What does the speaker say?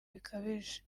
bikabije